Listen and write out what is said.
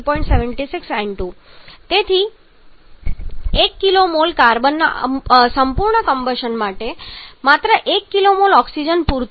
76 N2 તેથી 1 kmol કાર્બનના સંપૂર્ણ કમ્બશન માટે માત્ર 1 kmol ઓક્સિજન પૂરતું છે